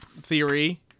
theory